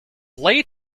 leigh